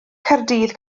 caerdydd